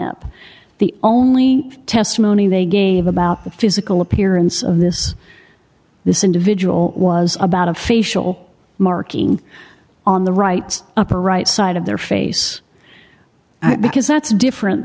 up the only testimony they gave about the physical appearance of this this individual was about a facial marking on the right upper right side of their face because that's different